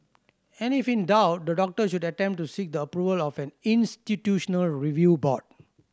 and if in doubt the doctor should attempt to seek the approval of an institutional review board